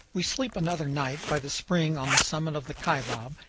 we sleep another night by the spring on the summit of the kaibab,